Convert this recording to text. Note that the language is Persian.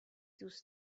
دوست